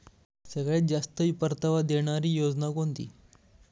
सगळ्यात जास्त परतावा देणारी योजना कोणती?